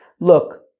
look